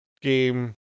game